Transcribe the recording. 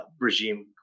regime